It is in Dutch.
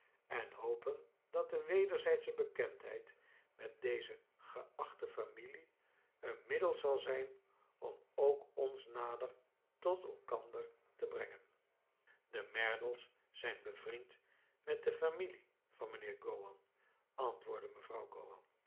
en hopen hat de wederzijdsche bekendheid met deze geachte familie een middel zal zijn om ook ons nader tot elkander te brengen de merdles zijn bevriend met de familie van mijnheer gowan antwoordde mevrouw